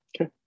Okay